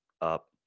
up